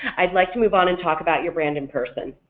i'd like to move on and talk about your brand in person.